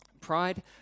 Pride